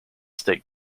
state